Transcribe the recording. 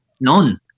none